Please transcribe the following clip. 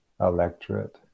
electorate